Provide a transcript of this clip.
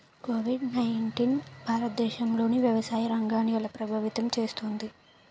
Covid nineteen భారతదేశంలోని వ్యవసాయ రంగాన్ని ఎలా ప్రభావితం చేస్తుంది?